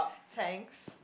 thanks